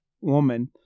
woman